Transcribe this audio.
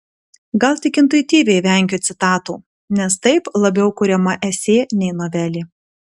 gal tik intuityviai vengiu citatų nes taip labiau kuriama esė nei novelė